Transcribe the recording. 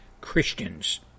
Christians